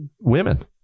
women